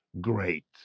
great